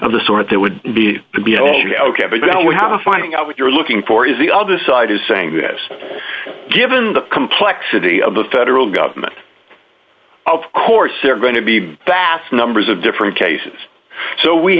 of the sort that would be to be told ok but then we have a finding out what you're looking for is the other side is saying this given the complexity of the federal government of course they're going to be vast numbers of different cases so we